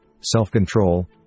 self-control